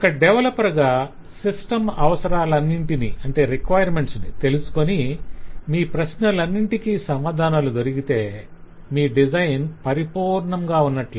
ఒక డెవలపర్ గా సిస్టం అవసరాలన్నింటిని తెలుసుకొని మీ ప్రశ్నలన్నింటికీ సమాధానాలు దొరికితే మీ డిజైన్ పరిపూర్ణంగా ఉన్నట్లే